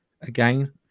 again